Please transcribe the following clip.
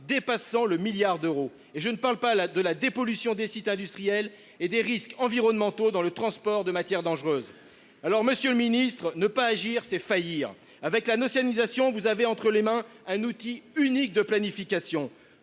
dépasse le milliard d’euros ! Et je ne parle pas de la dépollution des sites industriels et des risques environnementaux liés au transport de matières dangereuses… Monsieur le ministre, ne pas agir, c’est faillir ! Avec la nationalisation, vous avez entre les mains un outil unique de planification.